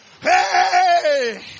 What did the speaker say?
Hey